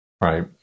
right